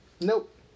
Nope